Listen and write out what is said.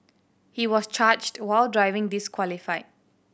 he was charged while driving disqualified